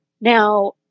Now